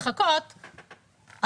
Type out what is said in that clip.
לחכות,